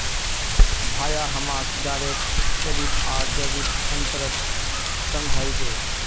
भाया हमाक direct credit आर डेबिटत अंतर समझइ दे